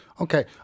Okay